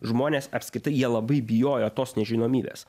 žmonės apskritai jie labai bijojo tos nežinomybės